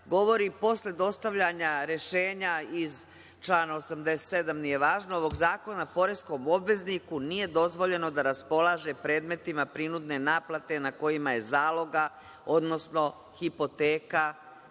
govori - posle dostavljanja rešenja iz člana 87, nije važno, ovog zakona poreskom obvezniku nije dozvoljeno da raspolaže predmetima prinudne naplate na kojima je zaloga, odnosno hipoteka